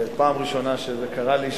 פעם ראשונה שזה קרה לי,